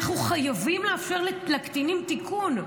אנחנו חייבים לאפשר לקטינים תיקון.